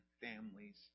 families